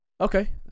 Okay